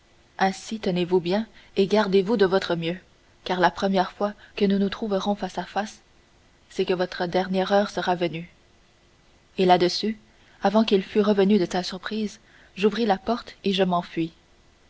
tenez-vous bien et gardez-vous de votre mieux car la première fois que nous nous trouverons face à face c'est que votre dernière heure sera venue et là-dessus avant qu'il fût revenu de sa surprise j'ouvris la porte et je m'enfuis